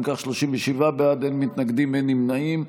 אם כך, 37 בעד, אין מתנגדים, אין נמנעים.